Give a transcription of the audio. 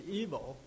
evil